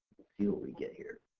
see what we get here.